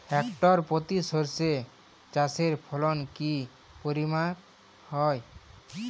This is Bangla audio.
হেক্টর প্রতি সর্ষে চাষের ফলন কি পরিমাণ হয়?